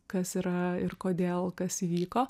kas yra ir kodėl kas įvyko